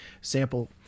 sample